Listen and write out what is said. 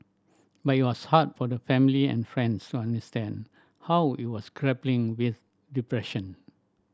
but it was hard for the family and friends to understand how it was grappling with depression